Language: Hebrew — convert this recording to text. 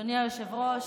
אדוני היושב-ראש,